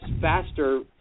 faster